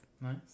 nice